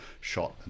shot